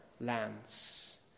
lands